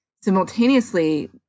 simultaneously